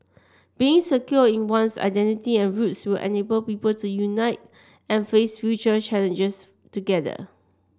being secure in one's identity and roots will enable people to unite and face future challenges together